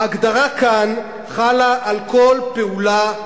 ההגדרה כאן חלה על כל פעולה,